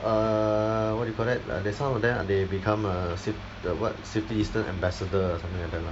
err what you call that like some of them they become a cit~ what citizen ambassador or something like that lah